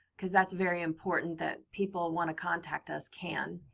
because that's very important that people want to contact us can.